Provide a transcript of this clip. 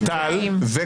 שניים.